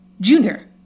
Junior